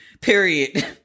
Period